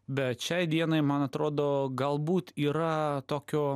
bet šiai dienai man atrodo galbūt yra tokio